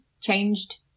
changed